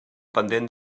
pendent